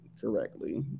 correctly